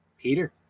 Peter